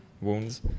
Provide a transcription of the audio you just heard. wounds